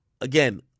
again